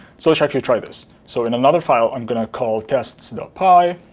so, let's actually try this. so, in another file. i'm going to call tests py.